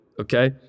okay